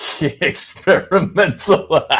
Experimental